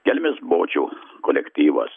kelmės bočių kolektyvas